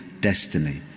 destiny